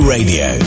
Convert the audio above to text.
Radio